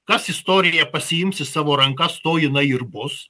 kas istoriją pasiims į savo rankas to jinai ir bus